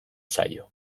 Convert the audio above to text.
zaio